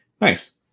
Nice